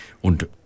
und